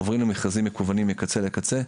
עוברים למכרזים מקוונים מקצה לקצה.